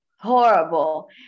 Horrible